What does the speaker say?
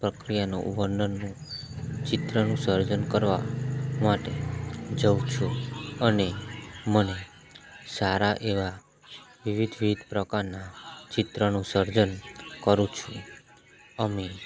પ્રક્રિયાનું વર્ણનનું ચિત્રનું સર્જન કરવા માટે જઉં છું અને મને સારા એવા વિવિધ વિધ પ્રકારના ચિત્રનું સર્જન કરું છું અમે